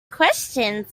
questions